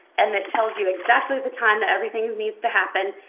and it tells you exactly the time that everything needs to happen.